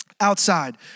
Outside